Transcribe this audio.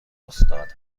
استاد